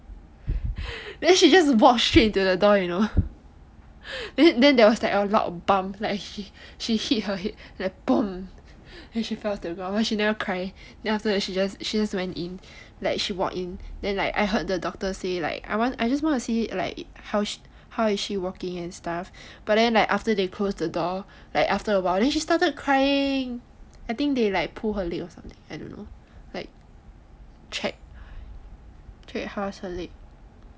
then she just walk straight into the door you know then then there was a loud bump like she hit her head like boom then she fell to the ground then she never cry then afterwards she just went in like she walk in then like I heard the doctor say like I just I just want to see how is she walking and stuff but then like after they close the door like after a while and stuff then she started crying I think they like pull her leg or something I don't know like check like check how is her leg